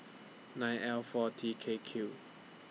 nine L four T K Q